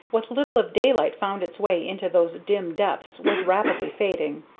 what little of daylight found its way into those dim depths was rapidly fading.